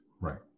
Right